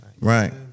Right